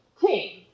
king